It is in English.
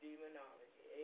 Demonology